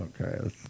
Okay